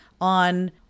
on